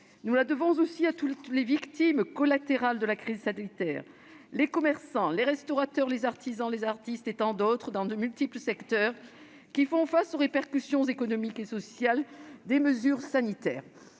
Nous la devons aussi à toutes les victimes collatérales de la crise sanitaire, les commerçants, les restaurateurs, les artisans, les artistes et tant d'autres dans de multiples secteurs qui font face aux répercussions économiques et sociales des mesures sanitaires.